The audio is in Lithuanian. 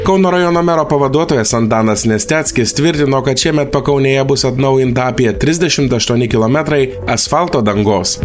kauno rajono mero pavaduotojas antanas nesteckis tvirtino kad šiemet pakaunėje bus atnaujinta apie trisdešimt aštuoni kilometrai asfalto dangos